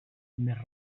més